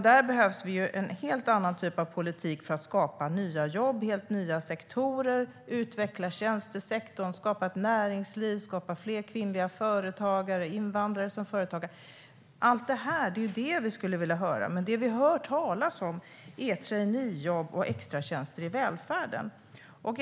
Det behövs en helt annan typ av politik för att skapa nya jobb. Det handlar om helt nya sektorer, att utveckla tjänstesektorn, att skapa ett näringsliv och att skapa fler kvinnliga företagare och invandrare som företagare. Allt detta är vad vi skulle vilja höra. Men det vi hör talas om är traineejobb och extratjänster i välfärden.